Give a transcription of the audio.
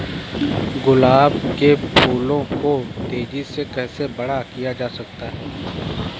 गुलाब के फूलों को तेजी से कैसे बड़ा किया जा सकता है?